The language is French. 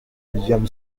william